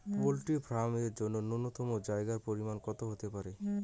Poultry farm এর জন্য নূন্যতম জায়গার পরিমাপ কত হতে পারে?